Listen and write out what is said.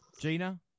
Gina